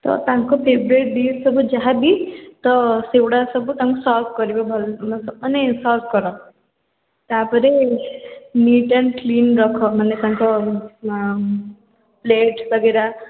ତ ତାଙ୍କ favourite dish ସବୁ ଯାହା ବି ତ ସେଗୁଡ଼ାକ ସବୁ ତାଙ୍କ ସର୍ଭ କରିବେ ଭଲ ସେ ମାନେ ସର୍ଭ କର ତା'ପରେ ନିଟ୍ ଆଣ୍ଡ କ୍ଲିନ୍ ରଖ ମାନେ ତାଙ୍କ ପ୍ଲେଟ୍ ବଗେରା